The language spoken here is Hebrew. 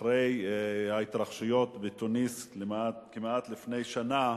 אחרי ההתרחשויות בתוניסיה, כמעט לפני שנה,